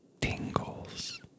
tingles